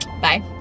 bye